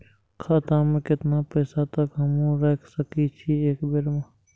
खाता में केतना पैसा तक हमू रख सकी छी एक बेर में?